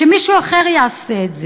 שמישהו אחר יעשה את זה.